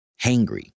hangry